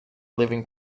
living